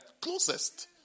Closest